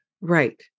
Right